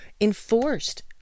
enforced